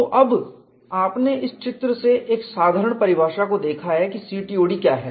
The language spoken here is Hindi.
तो अब आपने इस चित्र से एक साधारण परिभाषा को देखा है की CTOD क्या है